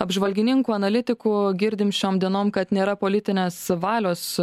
apžvalgininkų analitikų girdim šiom dienom kad nėra politinės valios